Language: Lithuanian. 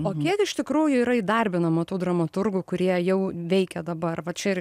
o kiek iš tikrųjų yra įdarbinama tų dramaturgų kurie jau veikia dabar va čia ir